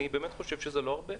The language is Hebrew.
אני באמת חושב שזה לא הרבה,